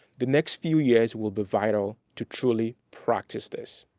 the next few years will be vital to truly practice this.